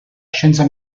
scienza